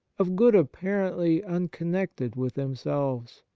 of good apparently unconnected with them selves.